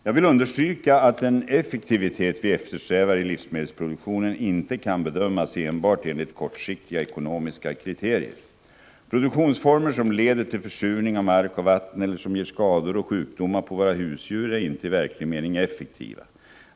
Jag vill understryka att den effektivitet vi eftersträvar i livsmedelsproduktionen inte kan bedömas enbart enligt kortsiktiga ekonomiska kriterier. Produktionsformer som leder till försurning av mark och vatten eller som ger skador och sjukdomar på våra husdjur är inte i verklig mening effektiva.